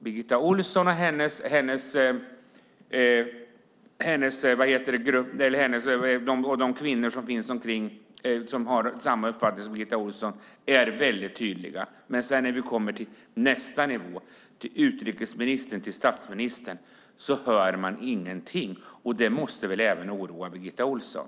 Birgitta Ohlsson och de kvinnor som har samma uppfattning som hon är väldigt tydliga, men jag blir mycket oroad när vi kommer till nästa nivå, till utrikesministern och statsministern. Då hör vi ingenting. Det måste väl även oroa Birgitta Ohlsson?